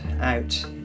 out